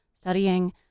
studying